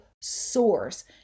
source